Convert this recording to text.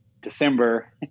December